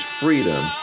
freedom